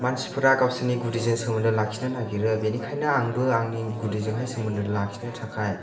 मानसिफोरा गावसोरनि गुदिजों सोमोन्दो लाखिनो नागिरो बेनिखायनो आंबो आंनि गुदिजोंहाय सोमोन्दो लाखिनो थाखाय